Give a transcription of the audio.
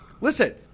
Listen